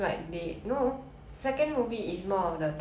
but they got character development